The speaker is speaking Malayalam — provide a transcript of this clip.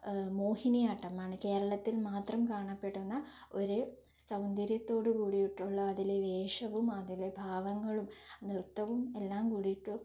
മോഹിനിയാട്ടം ആണ് കേരളത്തിൽ മാത്രം കാണപ്പെടുന്ന ഒരു സൗന്ദര്യത്തോടു കൂടിയിട്ടുള്ള അതിലെ വേഷവും അതിലെ ഭാവങ്ങളും നൃത്തവും എല്ലാം കൂടിയിട്ട്